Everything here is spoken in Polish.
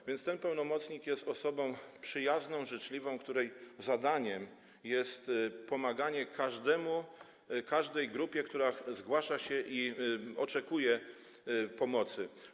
A więc ten pełnomocnik jest osobą przyjazną, życzliwą, której zadaniem jest pomaganie każdemu, każdej grupie, która zgłasza się i oczekuje pomocy.